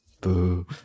Boo